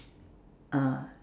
ah